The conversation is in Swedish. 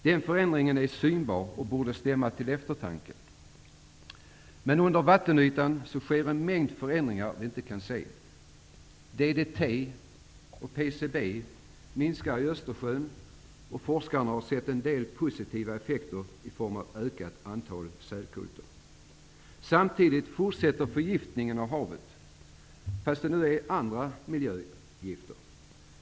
Den förändringen är synbar och borde stämma till eftertanke. Under vattenytan sker en mängd förändringar som vi inte kan se: Östersjön, och forskarna har sett en del positiva effekter i form av ett ökat antal sälkutar. -- Samtidigt fortsätter förgiftningen av havet, men det är nu fråga om andra miljögifter.